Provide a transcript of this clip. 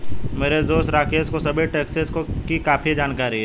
मेरे दोस्त राकेश को सभी टैक्सेस की काफी जानकारी है